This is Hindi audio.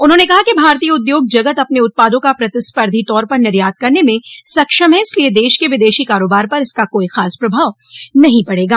उन्होंने कहा कि भारतीय उद्योग जगत अपने उत्पादों का प्रतिस्पर्धी तौर पर निर्यात करने में सक्षम है इसलिए देश के विदेशी कारोबार पर इसका कोई खास प्रभाव नहीं पड़ेगा